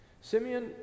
Simeon